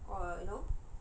or you know